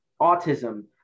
autism